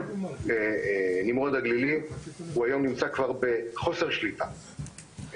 נמרוד הגלילי כבר נמצא היום בחוסר שליטה,